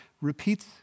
repeats